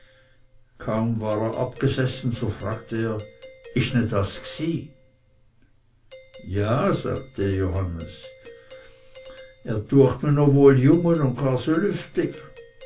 kaum war er abgesessen so fragte er ist das ne gsi ja sagte johannes er düecht mih no wohl junge und gar so